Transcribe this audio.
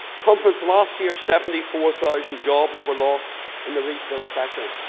conference, last year seventy four thousand jobs were lost in the retail sector.